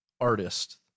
artist